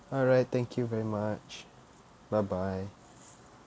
alright thank you very much bye bye